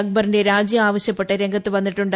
അക്ബറിന്റെ രാജി ആവശ്യപ്പെട്ട് രംഗത്തുവന്നിട്ടുണ്ട്